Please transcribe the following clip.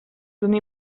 sono